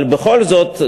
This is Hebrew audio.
אבל בכל זאת,